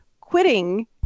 Quitting